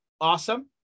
awesome